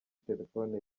telefoni